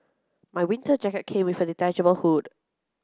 my winter jacket came with a detachable hood